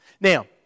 Now